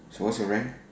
so what's your rank